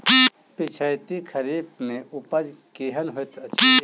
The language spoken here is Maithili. पिछैती खरीफ मे उपज केहन होइत अछि?